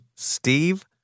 Steve